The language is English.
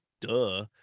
duh